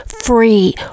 free